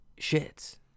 shits